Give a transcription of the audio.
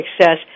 Success